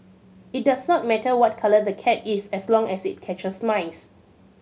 it does not matter what colour the cat is as long as it catches mice